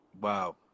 wow